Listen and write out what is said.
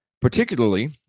Particularly